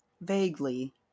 Vaguely